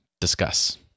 Discuss